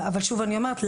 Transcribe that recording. אבל שוב אני אומרת,